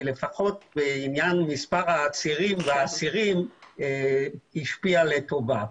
לפחות לעניין מספר העצירים והאסירים השפיעה לטובה.